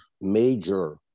major